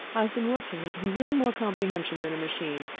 i've been working with a little more comprehension than a machine,